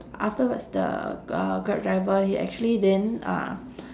afterwards the uh grab driver he actually didn't ah